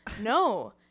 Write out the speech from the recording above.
no